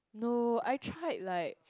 no I tried like